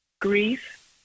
Grief